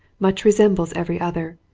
much resembles every other,